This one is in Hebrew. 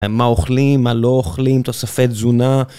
מה אוכלים, מה לא אוכלים, תוספי תזונה.